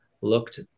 looked